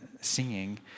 singing